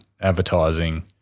advertising